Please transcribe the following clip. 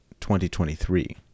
2023